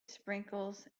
sprinkles